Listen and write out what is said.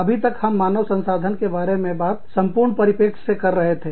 अभी तक हम मानव संसाधन के बारे में बात संपूर्ण परिप्रेक्ष्य से कर रहे थे